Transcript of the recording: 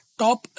top